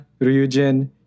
Ryujin